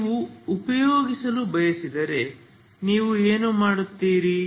ನೀವು ಉಪಯೋಗಿಸಲು ಬಯಸಿದರೆ ನೀವು ಏನು ಮಾಡುತ್ತೀರಿ